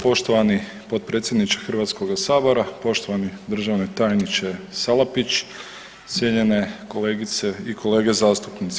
Poštovani potpredsjedniče Hrvatskoga sabora, poštovani državni tajniče Salapić, cijenjene kolegice i kolege zastupnici.